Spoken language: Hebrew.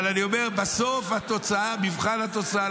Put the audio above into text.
אבל בסוף מבחן התוצאה.